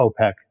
OPEC